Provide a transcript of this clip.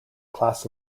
class